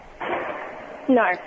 No